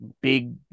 big